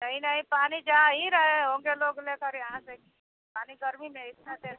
नहीं नहीं पानी जा ही रहे होंगे लोग लेकर यहाँ से पानी गर्मी में इतना देर